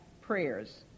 prayers